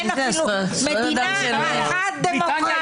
אין אפילו מדינה אחת דמוקרטית.